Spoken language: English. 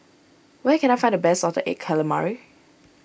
where can I find the best Salted Egg Calamari